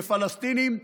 בפלסטינים,